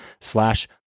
slash